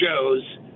shows